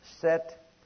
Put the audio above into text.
set